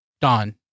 don